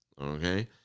okay